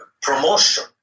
promotion